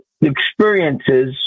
experiences